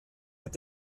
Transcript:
mit